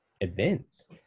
events